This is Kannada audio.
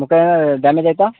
ಮುಖ ಏನಾರ ಡ್ಯಾಮೇಜ್ ಆಯಿತಾ